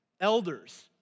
elders